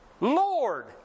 Lord